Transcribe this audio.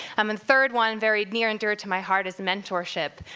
um and third one, very near and dear to my heart, is mentorship.